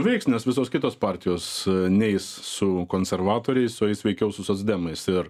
veiks nes visos kitos partijos neis su konservatoriais o eis veikiau su socdemais ir